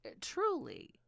truly